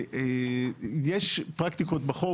יש פרקטיקות בחוק,